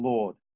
Lord